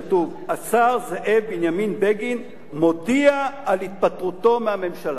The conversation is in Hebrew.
כתוב: השר זאב בנימין בגין מודיע על התפטרותו מהממשלה.